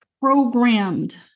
programmed